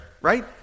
right